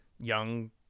young